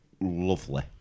lovely